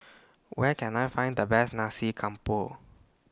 Where Can I Find The Best Nasi Campur